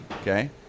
okay